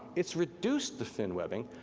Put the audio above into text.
it's reduced the fin webbing,